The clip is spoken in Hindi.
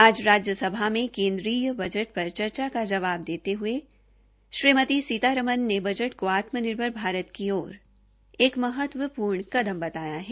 आज राज्यसभा में केन्द्रीय बजट पर चर्चा का जवाब देते हये श्रीमती सीतारमन ने बजट को आत्मनिर्भर भारत की ओर एक महत्वपूर्ण कदम बताया है